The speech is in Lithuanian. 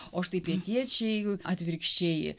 o štai pietiečiai jų atvirkščiai